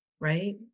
right